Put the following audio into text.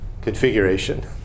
configuration